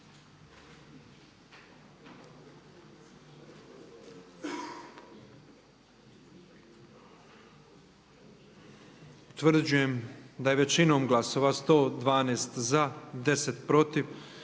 Utvrđujem da je većinom glasova za 115,